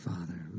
Father